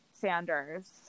Sanders